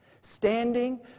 standing